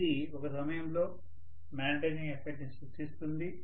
ఇది ఒక సమయంలో మాగ్నెటైజింగ్ ఎఫెక్ట్ ని సృష్టిస్తుంది